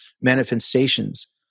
manifestations